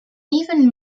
even